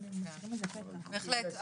בהחלט.